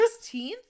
16th